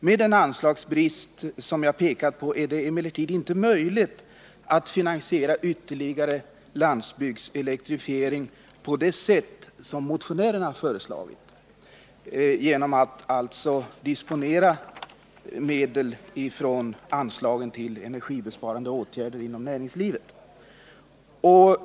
Med den anslagsbrist som jag visat på är det emellertid inte möjligt att finansiera ytterligare landsbygdselektrifiering på det sätt som motionärerna föreslagit, alltså genom att disponera medel från anslaget till energibesparande åtgärder inom näringslivet.